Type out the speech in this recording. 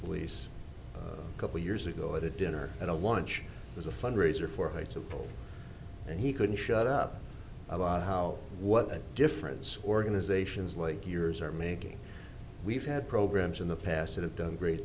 police a couple years ago at a dinner at a lunch was a fundraiser for heights of parole and he couldn't shut up about how what difference organizations like yours are making we've had programs in the past that have done great